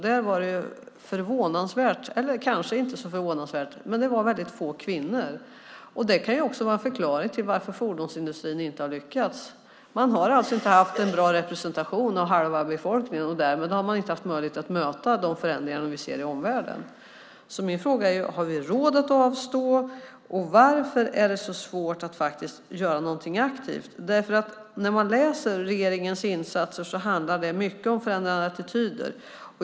Där var det förvånansvärt, eller kanske inte så förvånansvärt, få kvinnor. Det kan vara en förklaring till varför fordonsindustrin inte har lyckats. Man har inte haft en bra representation av halva befolkningen. Därmed har man inte haft möjlighet att möta de förändringar vi ser i omvärlden. Därför undrar jag om vi har råd att avstå. Varför är det så svårt att göra något aktivt? När man läser om regeringens insatser handlar det mycket om förändrade attityder.